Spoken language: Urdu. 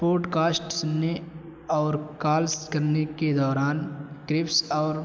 پوڈ کاسٹ سننے اور کالس کرنے کے دوران کرپس اور